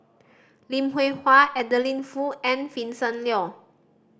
Lim Hwee Hua Adeline Foo and Vincent Leow